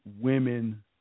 women